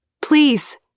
Please